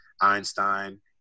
Einstein